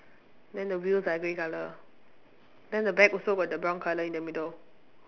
then the wheels are grey colour then the back also got the brown colour in the middle